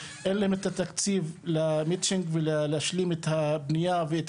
אין להם את התקציב להשלים את הבניה ואת